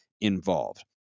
involved